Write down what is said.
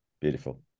Beautiful